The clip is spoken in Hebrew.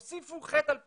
הוסיפו חטא על פשע,